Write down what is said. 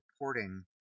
reporting